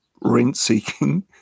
rent-seeking